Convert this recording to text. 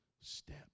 step